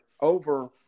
over